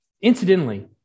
incidentally